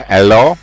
Hello